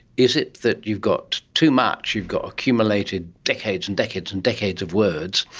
is it that you've got too much, you've got accumulated decades and decades and decades of words,